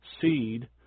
seed